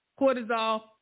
cortisol